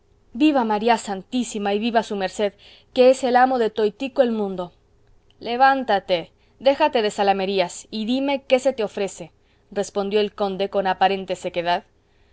viva maría santísima y viva su merced que es el amo de toitico el mundo levántate déjate de zalamerías y dime qué se te ofrece respondió el conde con aparente sequedad